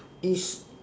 it's